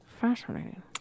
fascinating